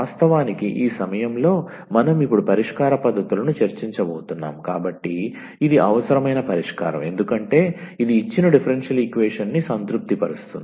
వాస్తవానికి ఈ సమయంలో మనం ఇప్పుడు పరిష్కార పద్ధతులను చర్చించబోతున్నాం కాబట్టి ఇది అవసరమైన పరిష్కారం ఎందుకంటే ఇది ఇచ్చిన డిఫరెన్షియల్ ఈక్వేషన్ని సంతృప్తిపరుస్తుంది